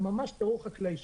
הן ממש טרור חקלאי.